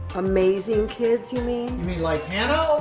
amazing kids, you mean? you mean like hannah